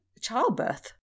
childbirth